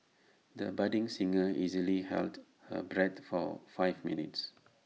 the budding singer easily held her breath for five minutes